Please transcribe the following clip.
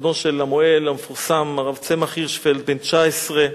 בנו של המוהל המפורסם הרב צמח הירשפלד, בן 19,